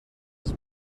els